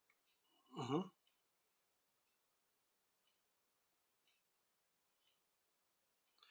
mmhmm